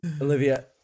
Olivia